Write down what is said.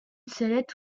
sellet